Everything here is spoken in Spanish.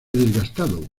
desgastado